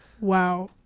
Wow